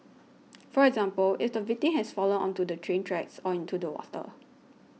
for example if the victim has fallen onto the train tracks or into the water